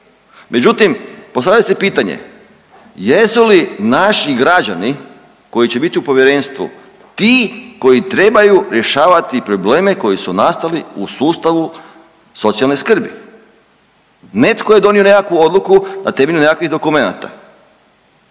Međutim, postavlja se pitanje jesu li naši građani koji će biti u povjerenstvu ti koji trebaju rješavati probleme koji su nastali u sustavu socijalne skrbi. Neto je donio nekakvu odluku na temelju nekakvih dokumenata